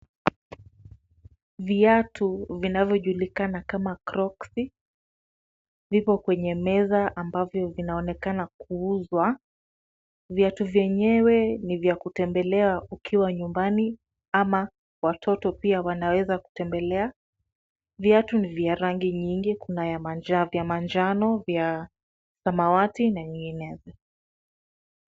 Viatu vinavyojulikana kama croksi , vipo kwenye meza ambavyo vinaoonekana kuuzwa. Viatu vyenyewe ni vya kutembelea ukiwa nyumbani ama watoto pia wanaweza kutembelea. Viatu ni vya rangi nyingi kuna vya manjano, vya samawati na nyingine.